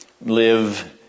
Live